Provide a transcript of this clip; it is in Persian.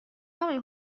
آقای